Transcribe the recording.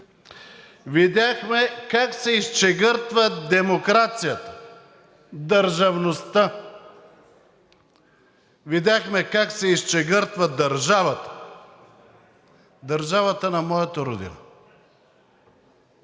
видяхме как се изчегъртва демокрацията, държавността, видяхме как се изчегъртва държавата, държавата на моята Родина.